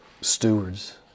stewards